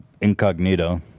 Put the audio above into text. Incognito